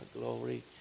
glory